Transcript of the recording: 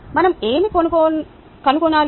మనం ఏమి కనుగొనాలి